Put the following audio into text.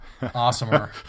awesomer